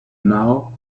now